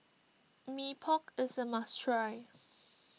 Mee Pok is a must try